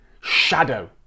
shadow